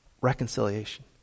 Reconciliation